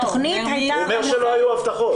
התכנית הייתה --- הוא אומר שלא היו הבטחות.